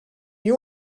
you